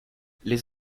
les